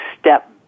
step